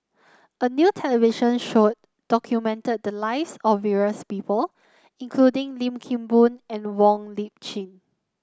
a new television show documented the lives of various people including Lim Kim Boon and Wong Lip Chin